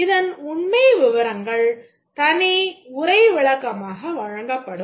இதன் உண்மை விவரங்கள் தனி உரை விளக்கமாக வழங்கப்படும்